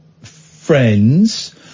friends